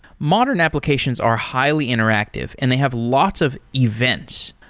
modern applications are highly interactive and they have lots of events.